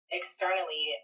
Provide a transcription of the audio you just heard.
externally